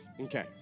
Okay